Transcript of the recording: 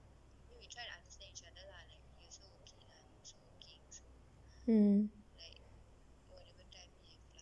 mm